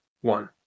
one